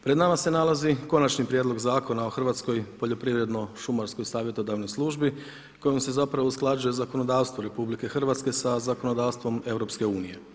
Pred nama se nalazi Konačni prijedlog zakona o hrvatskoj poljoprivredno-šumarskoj savjetodavnoj službi kojom se zapravo usklađuje zakonodavstvo RH sa zakonodavstvom EU.